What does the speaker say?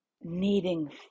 needing